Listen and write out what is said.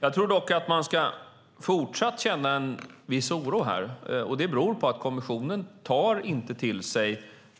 Jag tror dock att man fortsatt ska känna en viss oro. Det beror på att kommissionen inte tar till sig